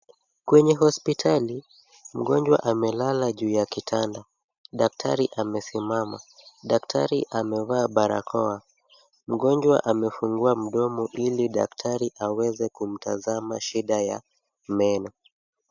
Kwenye hospitali mgonjwa amelala juu ya kitanda. Daktari amesimama , daktari amevaa barakoa. Mgonjwa amefungua mdomo ili daktari aweze kumtazama shida ya meno.